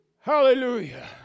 Hallelujah